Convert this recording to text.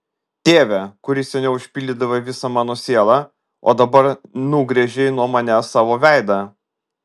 tėve kuris seniau užpildydavai visą mano sielą o dabar nugręžei nuo manęs savo veidą